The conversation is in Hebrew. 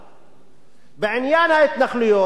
יכול לכתוב מה שהוא רוצה השופט אדמונד לוי,